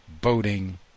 Boating